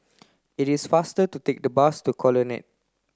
it is faster to take the bus to Colonnade